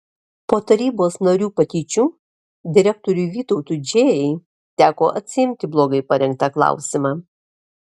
po tarybos narių patyčių direktoriui vytautui džėjai teko atsiimti blogai parengtą klausimą